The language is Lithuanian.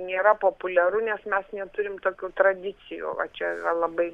nėra populiaru nes mes neturim tokių tradicijų o čia yra labai